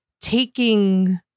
taking